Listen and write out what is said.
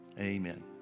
Amen